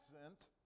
absent